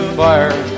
fire